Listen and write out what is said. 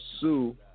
sue